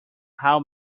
how